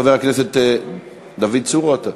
חבר הכנסת דוד צור או אתה?